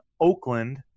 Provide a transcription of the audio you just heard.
Oakland